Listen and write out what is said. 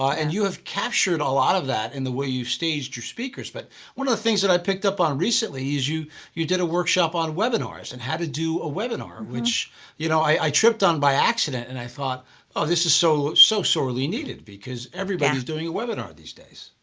and you have captured a lot of that in the way you staged your speakers. but one of the things that i picked up on recently is you you did a workshop on webinar, and how to do a webinar which you know i tripped on by accident and i thought this is so so sorely needed because everybody is doing a webinar these days.